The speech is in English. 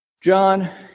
John